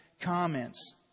comments